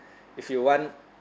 if you want